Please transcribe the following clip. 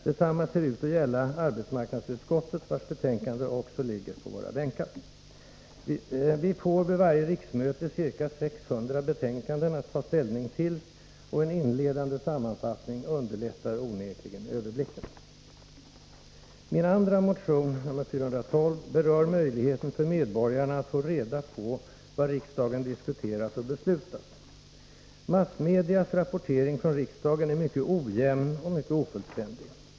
Detsamma ser ut att gälla arbetsmarknadsutskottet, vars betänkande också ligger på våra bänkar. Vi får vid varje riksmöte ca 600 betänkanden att ta ställning till, och en inledande sammanfattning underlättar onekligen överblicken. Min andra motion, nr 412, berör möjligheten för medborgarna att få reda på vad riksdagen diskuterat och beslutat. Massmedias rapportering från riksdagen är mycket ojämn och mycket ofullständig.